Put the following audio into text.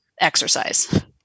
exercise